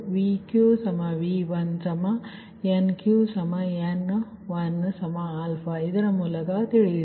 VqVt NqNt ಇದರ ಮೂಲಕ ನಿಮಗೆ ತಿಳಿದಿದೆ